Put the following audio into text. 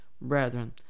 brethren